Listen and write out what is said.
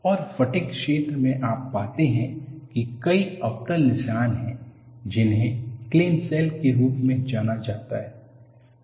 और फटिग क्षेत्र में आप पाते हैं कि कई अवतल निशान हैं जिन्हें क्लेमशेल के रूप में जाना जाता है